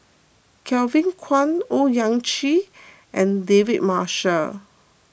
Kevin Kwan Owyang Chi and David Marshall